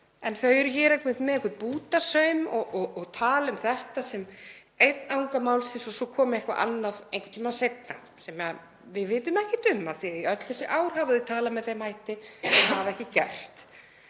en þau eru hér með einhvern bútasaum og tala um þetta sem einn anga málsins og svo komi eitthvað annað einhvern tíma seinna sem við vitum ekkert um af því að í öll þessi ár hafa þau talað með þeim hætti en hafa ekkert